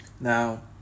Now